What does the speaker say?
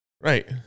Right